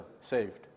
saved